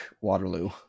Waterloo